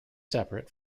separate